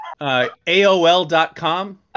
aol.com